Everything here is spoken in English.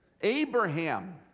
Abraham